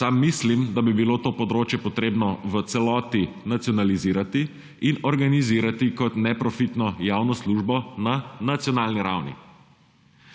Sam mislim, da bi bilo to področje potrebno v celoti nacionalizirati in organizirati kot neprofitno javno službo na nacionalni ravni.